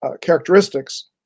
characteristics